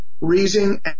reasoning